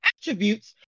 attributes